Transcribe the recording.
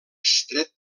estret